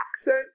accent